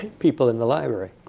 people in the library.